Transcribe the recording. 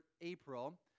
April